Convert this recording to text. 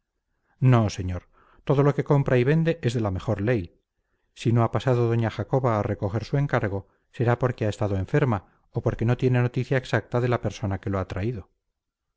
no señor todo lo que compra y vende es de la mejor ley si no ha pasado doña jacoba a recoger su encargo será porque ha estado enferma o porque no tiene noticia exacta de la persona que lo ha traído